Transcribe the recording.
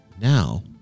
now